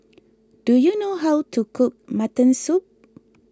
do you know how to cook Mutton Soup